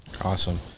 Awesome